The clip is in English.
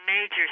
major